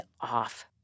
off